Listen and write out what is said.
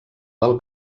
del